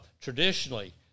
traditionally